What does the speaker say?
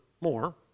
more